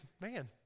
man